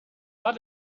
pas